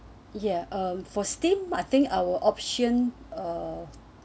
ya um for steam I think our option uh